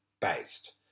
based